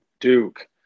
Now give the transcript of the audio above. Duke